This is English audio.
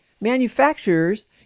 Manufacturers